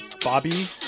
Bobby